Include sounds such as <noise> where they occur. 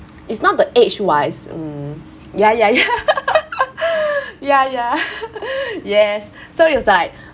it's not the age wise mm ya ya ya <laughs> ya ya <laughs> yes <breath> so it was like